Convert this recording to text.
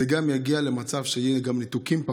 זה גם יביא למצב שיהיו פחות ניתוקים,